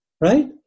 Right